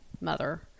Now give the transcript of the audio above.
mother